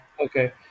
Okay